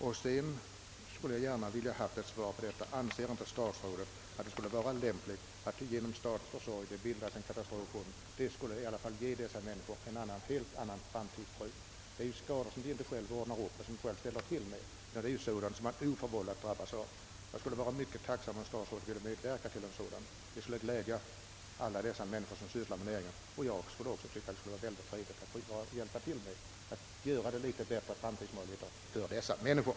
Jag skulle gärna vilja ha ett svar på frågan om inte statsrådet anser att det skulle vara lämpligt att det genom statens försorg bildas en katastroffond. Det skulle i alla fall ge dessa människor, som utan eget förvållande drabbats av förluster, en helt annan framtidstro. Jag skulle vara mycket tacksam om statsrådet ville medverka till en sådan fond. Det skulle glädja alla dessa människor som sysslar med näringen, och jag skulle också tycka att det vore mycket trevligt att få hjälpa till att skapa litet bättre framtidsmöjligheter för dessa människor.